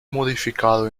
modificado